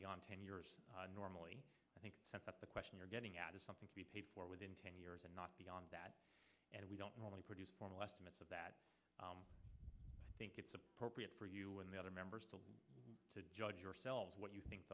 beyond ten years normally i think that the question you're getting at is something to be paid for within ten years and not beyond that and we don't normally produce formal estimates of that i think it's appropriate for you and the other members to judge yourselves what you think